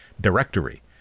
directory